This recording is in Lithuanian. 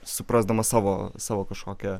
suprasdamas savo savo kažkokią